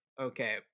Okay